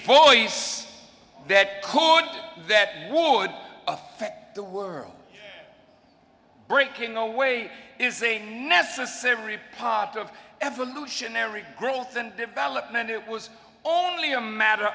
voice that could that would effect the world breaking away is a necessary part of evolutionary growth and development it was only a matter